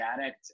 addict